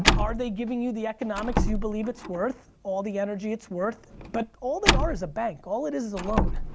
and are they giving you the economics you believe it's worth, all the energy it's worth? but all they are is a bank, all it is is a loan.